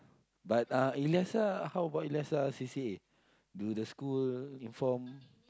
but uh Elisa how about Elisa C_C_A do the school inform